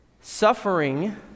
Suffering